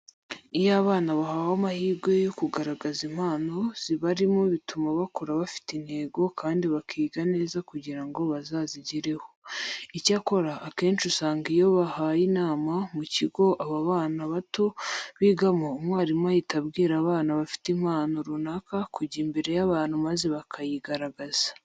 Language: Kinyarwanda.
Iyo abana bahawe amahirwe yo kugaragaza impano zibarimo bituma bakura bafite intego kandi bakiga neza kugira ngo bazazigereho. Icyakora, akenshi usanga iyo habaye inama mu kigo aba bana bato bigamo, umwarimu ahita abwira abana bafite impano runaka kujya imbere y'abantu maze bakayigaragaza.